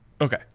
Okay